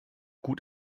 gut